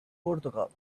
portugal